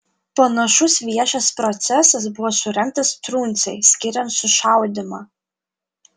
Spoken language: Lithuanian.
panašus viešas procesas buvo surengtas truncei skiriant sušaudymą